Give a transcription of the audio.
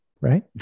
right